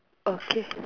okay